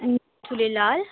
उ झूलेलाल